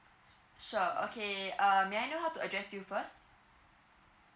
sure okay um may I know how to address you first